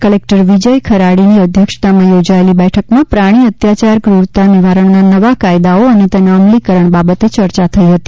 collector Vijay ખરાડીની અધ્યક્ષતામાં યોજાયેલી બેઠકમાં પ્રાણી અત્યાચાર ક્રૂરતા નિવારણના નવા કાયદાઓ અને તેના અમલીકરણ બાબતે ચર્ચા કરાઇ હતી